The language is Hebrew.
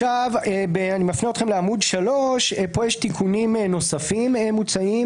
אני מפנה אתכם לעמוד 3. פה יש תיקונים נוספים שמוצעים